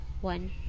one